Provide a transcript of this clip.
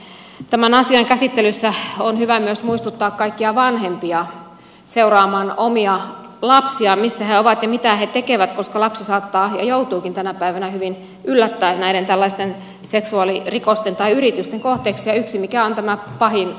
tämän asian käsittelyssä on hyvä myös muistuttaa kaikkia vanhempia seuraamaan omia lapsiaan missä he ovat ja mitä he tekevät koska lapsi saattaa joutua ja joutuukin tänä päivänä hyvin yllät täen näiden tällaisten seksuaalirikosten tai yritysten kohteeksi ja yksi mikä on tämä pahin on netti